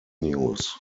news